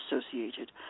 associated